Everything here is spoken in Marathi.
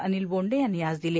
अनिल बोंडे यांनी आज दिली